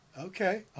okay